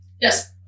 Yes